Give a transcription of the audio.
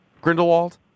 Grindelwald